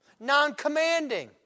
non-commanding